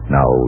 Now